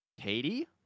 Katie